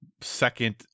second